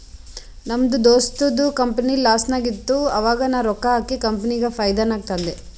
ನಮ್ ದೋಸ್ತದು ಕಂಪನಿ ಲಾಸ್ನಾಗ್ ಇತ್ತು ಆವಾಗ ನಾ ರೊಕ್ಕಾ ಹಾಕಿ ಕಂಪನಿಗ ಫೈದಾ ನಾಗ್ ತಂದ್